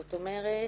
זאת אומרת